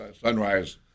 sunrise